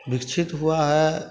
विकसित हुआ है